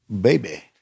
baby